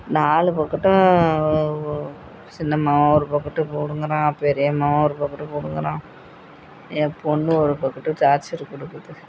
நாலு பக்கட்டும் சின்ன மகன் ஒரு பக்கட்டு பிடுங்குறான் பெரிய மகன் ஒரு பக்கட்டு பிடுங்குறான் என் பொண்ணு ஒரு பக்கட்டு டார்ச்சர் கொடுக்குது